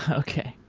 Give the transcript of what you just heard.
ah okay.